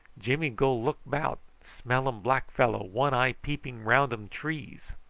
jimmy go look about. smell um black fellow, one eye peeping round um trees.